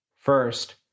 First